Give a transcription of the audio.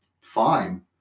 Fine